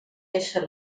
ésser